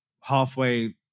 halfway